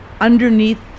underneath